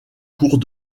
cours